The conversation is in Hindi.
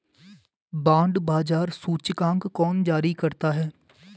बांड बाजार सूचकांक कौन जारी करता है?